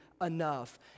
enough